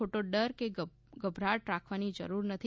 ખોટો ડર કે ગભરાટ રાખવાની જરૂર નથી